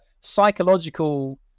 psychological